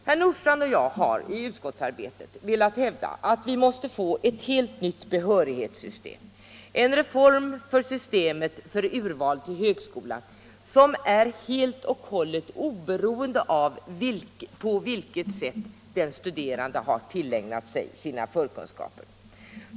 Herr Nordstrandh och jag har i utskottsarbetet velat hävda att vi måste få ett helt nytt behörighetssystem, en reform för systemet för urval till högskolan som är helt och hållet oberoende av på vilket sätt den studerande har tillägnat sig sina förkunskaper.